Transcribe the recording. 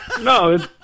No